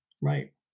Right